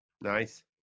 Nice